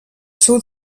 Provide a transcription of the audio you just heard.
seu